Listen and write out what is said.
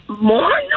More